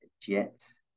Jets